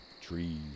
trees